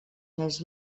més